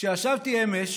כשישבתי אמש